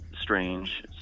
strange